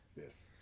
Yes